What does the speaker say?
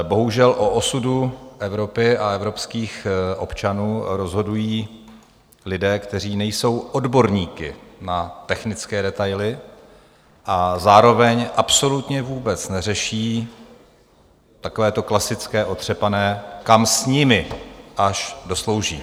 Bohužel, o osudu Evropy a evropských občanů rozhodují lidé, kteří nejsou odborníky na technické detaily a zároveň absolutně vůbec neřeší takové to klasické otřepané kam s nimi, až doslouží.